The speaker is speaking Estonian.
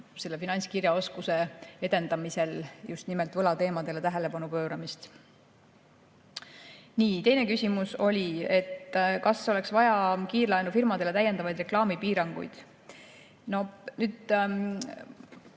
ja finantskirjaoskuse edendamisel just nimelt võlateemadele tähelepanu pööramist. Teine küsimus oli, kas oleks vaja kiirlaenufirmadele täiendavaid reklaamipiiranguid. Ma nüüd